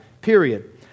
period